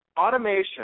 automation